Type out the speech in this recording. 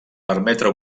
permetre